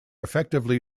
effectively